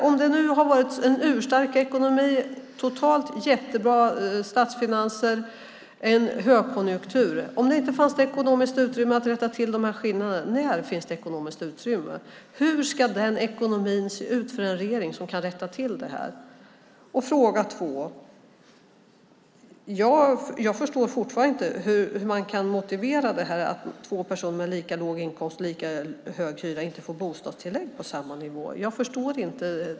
Om ekonomin har varit urstark, statsfinanserna totalt jättebra, vi har haft en högkonjunktur och det ändå inte funnits ekonomiskt utrymme för att rätta till dessa skillnader är frågan: När finns det ekonomiskt utrymme för det? Hur ska den ekonomi som kan rätta till detta se ut för en regering? Jag förstår fortfarande inte hur man kan motivera att två personer med lika låg inkomst och lika hög hyra inte får bostadstillägg på samma nivå.